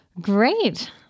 Great